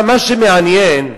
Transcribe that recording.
מה שמעניין,